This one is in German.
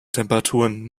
temperaturen